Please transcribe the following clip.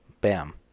bam